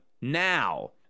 now